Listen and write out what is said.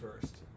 first